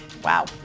Wow